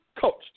coached